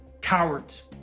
cowards